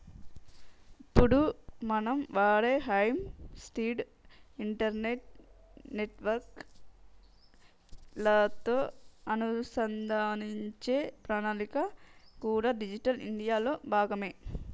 ఇప్పుడు మనం వాడే హై స్పీడ్ ఇంటర్నెట్ నెట్వర్క్ లతో అనుసంధానించే ప్రణాళికలు కూడా డిజిటల్ ఇండియా లో భాగమే